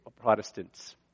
Protestants